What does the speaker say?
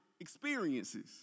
experiences